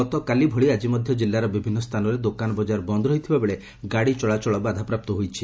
ଗତକାଲି ଭଳି ଆକି ମଧ ଜିଲ୍ଲାର ବିଭିନ୍ଦ ସ୍ରାନରେ ଦୋକାନବଜାର ବନ୍ଦ ରହିଥିବାବେଳେ ଗାଡ଼ି ଚଳାଚଳ ବାଧାପ୍ରାପ୍ତ ହୋଇଛି